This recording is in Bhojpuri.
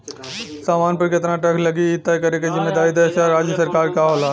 सामान पर केतना टैक्स लगी इ तय करे क जिम्मेदारी देश या राज्य सरकार क होला